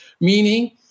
meaning